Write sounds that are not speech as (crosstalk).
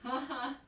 (laughs)